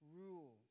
rule